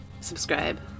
subscribe